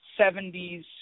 70s